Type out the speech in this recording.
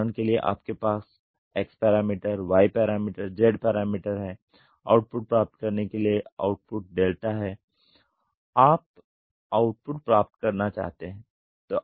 उदाहरण के लिए आपके पास X parameter Y parameter Z parameter है आउटपुट प्राप्त करने के लिए आउटपुट डेल्टा है आप आउटपुट प्राप्त करना चाहते हैं